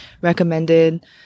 recommended